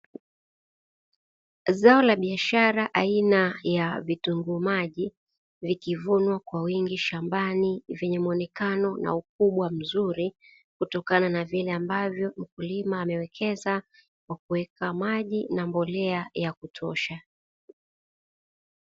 Zao la biashara aina ya vitunguu maji likivunwa kwa wingi shambani vyenye muonekano na ukubwa mzuri, kutokana na vile ambavyo ukulima amewekeza kwa kuweka maji na mbolea ya kutosha.